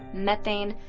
methane,